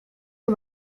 del